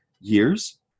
years